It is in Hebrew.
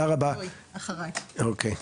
בבקשה.